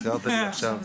הזכרתי לי עכשיו,